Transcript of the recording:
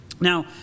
Now